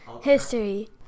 history